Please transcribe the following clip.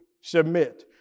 submit